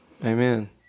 Amen